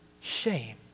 shame